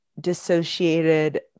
dissociated